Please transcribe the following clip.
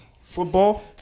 football